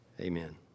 amen